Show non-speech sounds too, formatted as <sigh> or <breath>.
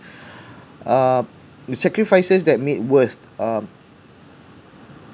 <breath> uh the sacrifices that made worth uh